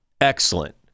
excellent